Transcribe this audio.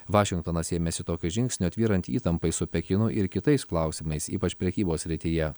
vašingtonas ėmėsi tokio žingsnio tvyrant įtampai su pekinu ir kitais klausimais ypač prekybos srityje